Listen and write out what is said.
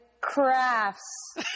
Crafts